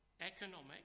economic